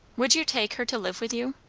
would you take her to live with you?